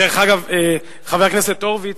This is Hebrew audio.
דרך אגב, חבר הכנסת הורוביץ,